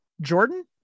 Jordan